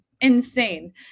insane